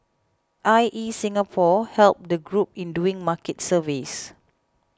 I E Singapore helped the group in doing market surveys